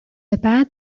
بعد